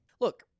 Look